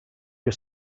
you